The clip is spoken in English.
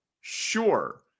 Sure